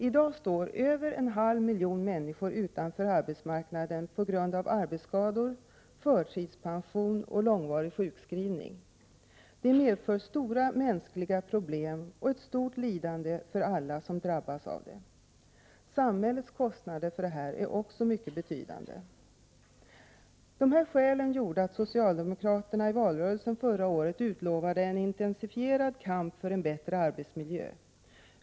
I dag står över en halv miljon människor utanför arbetsmarknaden på grund av arbetsskador, förtidspension och långvarig sjukskrivning. Det medför stora mänskliga problem och ett stort lidande för alla som drabbas. Samhällets kostnader är också mycket betydande. De här skälen gjorde att socialdemokraterna i valrörelsen förra året utlovade en intensiv kamp för en bättre arbetsmiljö.